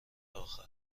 آخر